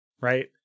right